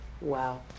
Wow